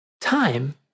Time